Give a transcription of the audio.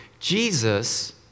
jesus